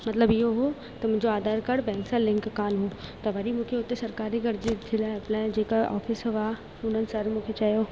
मतिलबु इहो हुओ त मुंहिंजो आधार काड बैंक सां लिंक कोन हुओ त वरी मूंखे हुते सरकारी कर्ज़ लाइ अप्लाए जेका ऑफिस हुआ हुननि सर मूंखे चयो